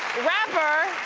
rapper,